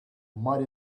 might